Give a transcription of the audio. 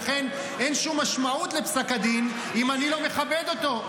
לכן אין שום משמעות לפסק הדין אם אני לא מכבד אותו.